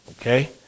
okay